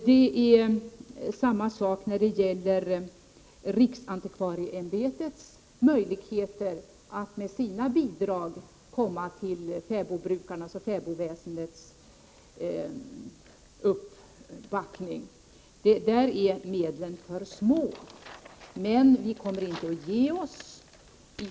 Det är samma sak med riksantikvarieämbetets möjligheter att med sina bidrag backa upp fäbodbrukarna och fäbodväsendet — de medlen är för små. Vi kommer inte att ge oss.